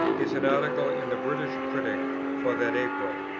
is an article in the british critic for that april.